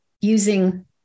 using